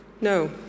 no